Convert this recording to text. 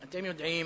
אתם יודעים